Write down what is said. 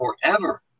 forever